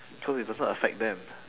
so it doesn't affect them